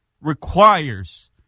requires